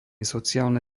sociálne